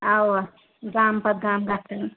اَوا گامہٕ پَتہٕ گامہٕ گژھان